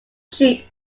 sheep